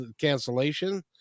cancellation